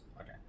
Okay